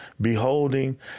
beholding